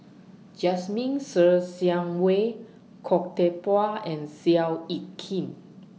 Jasmine Ser Xiang Wei Khoo Teck Puat and Seow Yit Kin